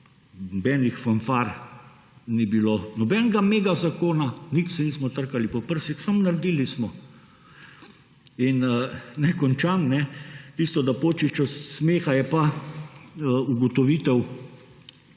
Nobenih fanfar ni bilo, nobenega mega zakona, nič se nismo trkali po prsih, samo naredili smo. Naj končam. Tisto, da napoči čas smeha, je pa ugotovitev